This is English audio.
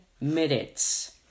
minutes